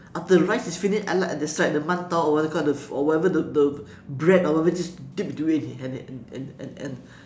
after the rice is finish I like that's right the 馒头 or what they call the or whatever the the bread or whatever just dip to it and hand it and and and and